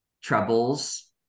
troubles